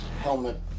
helmet